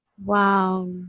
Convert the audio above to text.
Wow